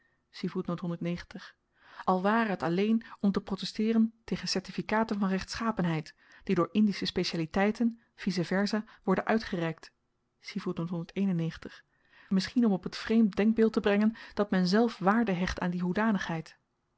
al ware t alleen om te protesteeren tegen certifikaten van rechtschapenheid die door indische specialiteiten vice versa worden uitgereikt misschien om op t vreemd denkbeeld te brengen dat men zelf waarde hecht aan die hoedanigheid